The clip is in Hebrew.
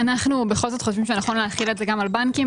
אנחנו בכל זאת חושבים שנכון להחיל את זה גם על בנקים.